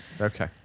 Okay